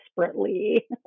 desperately